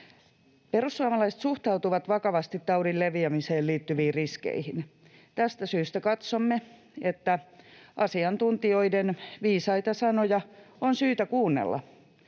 Perussuomalaiset suhtautuvat vakavasti taudin leviämiseen liittyviin riskeihin. Tästä syystä katsomme, että asiantuntijoiden viisaita sanoja on syytä kuunnella.